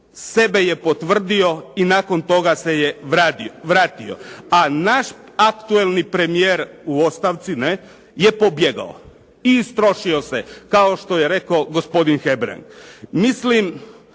sebe je potvrdio i nakon toga se je vratio. A naš aktualni premijer, u ostavci, je pobjegao i istrošio se kao što je rekao gospodin Hebrang. Mislim